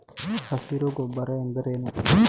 ಹಸಿರು ಗೊಬ್ಬರ ಎಂದರೇನು?